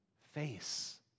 face